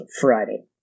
Friday